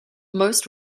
most